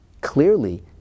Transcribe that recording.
clearly